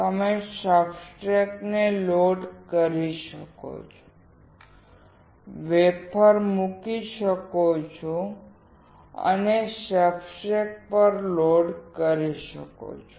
તમે સબસ્ટ્રેટને લોડ કરી શકો છો વેફર મૂકી શકો છો અને સબસ્ટ્રેટ પર લોડ કરી શકો છો